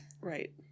Right